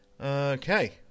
Okay